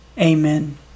Amen